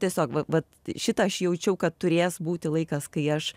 tiesiog va vat šitą aš jaučiau kad turės būti laikas kai aš